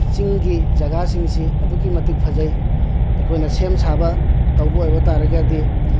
ꯆꯤꯡꯒꯤ ꯖꯒꯥꯁꯤꯡꯁꯤ ꯑꯗꯨꯛꯀꯤ ꯃꯇꯤꯛ ꯐꯖꯩ ꯑꯩꯈꯣꯏꯅ ꯁꯦꯝ ꯁꯥꯕ ꯇꯧꯕ ꯑꯣꯏꯕ ꯇꯥꯔꯒꯗꯤ